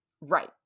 Right